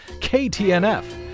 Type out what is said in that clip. KTNF